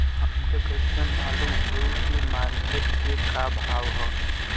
हमके कइसे मालूम होई की मार्केट के का भाव ह?